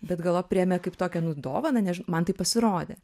bet galop priėmė kaip tokią nu dovaną neži man taip pasirodė